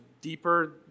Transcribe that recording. deeper